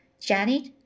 Janet